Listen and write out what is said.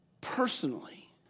personally